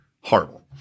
Horrible